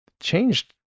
changed